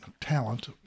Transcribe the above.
talent